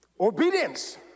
Obedience